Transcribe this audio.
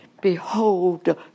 behold